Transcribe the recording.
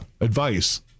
advice